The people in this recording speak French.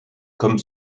comme